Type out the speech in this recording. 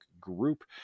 group